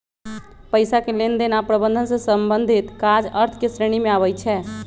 पइसा के लेनदेन आऽ प्रबंधन से संबंधित काज अर्थ के श्रेणी में आबइ छै